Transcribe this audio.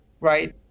right